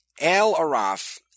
Al-Araf